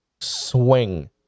swing